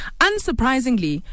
unsurprisingly